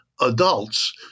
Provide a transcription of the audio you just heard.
adults